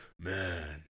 man